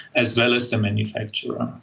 as well as the manufacturer.